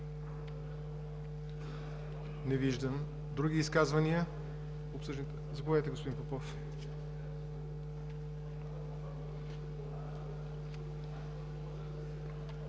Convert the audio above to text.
Не виждам. Други изказвания? Заповядайте, господин Попов.